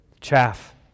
chaff